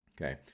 Okay